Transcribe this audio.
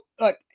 look